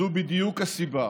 זו בדיוק הסיבה